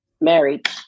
married